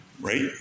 right